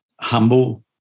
humble